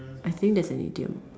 I think that's an idiom